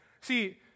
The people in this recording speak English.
See